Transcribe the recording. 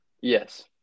Yes